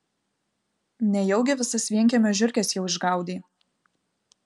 nejaugi visas vienkiemio žiurkes jau išgaudei